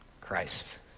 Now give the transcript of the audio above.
Christ